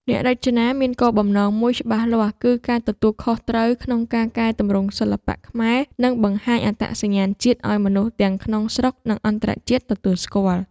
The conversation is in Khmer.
អ្នករចនាមានគោលបំណងមួយច្បាស់លាស់ គឺការទទួលខុសត្រូវក្នុងការកែទម្រង់សិល្បៈខ្មែរ និងបង្ហាញអត្តសញ្ញាណជាតិឲ្យមនុស្សទាំងក្នុងស្រុក និងអន្តរជាតិទទួលស្គាល់។